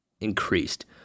increased